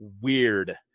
weird